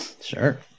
Sure